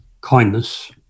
kindness